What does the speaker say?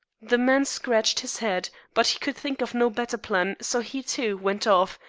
the man scratched his head, but he could think of no better plan, so he, too, went off,